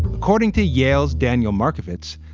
according to yale's daniel markovits,